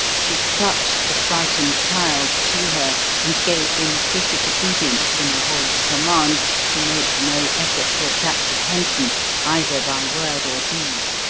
she clutched the frightened child to her and gave implicit obedience to merode's command to make no effort to attract attention either by word or deed.